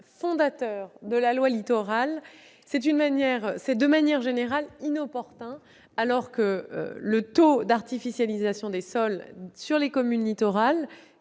fondateur de la loi Littoral, est inopportun de manière générale alors que le taux d'artificialisation des sols sur les communes littorales